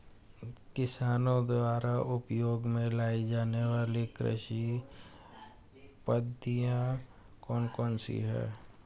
किसानों द्वारा उपयोग में लाई जाने वाली कृषि पद्धतियाँ कौन कौन सी हैं?